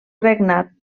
regnat